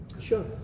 Sure